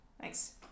Thanks